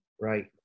Right